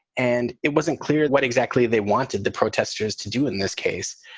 and it wasn't clear what exactly they wanted the protesters to do in this case,